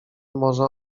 może